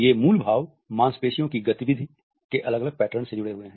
ये मूल भाव मांसपेशियों की गतिविधि के अलग अलग पैटर्न से जुड़े हुए हैं